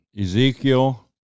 Ezekiel